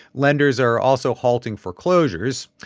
lenders are also halting foreclosures.